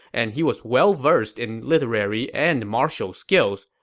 and he was well-versed in literary and martial skills,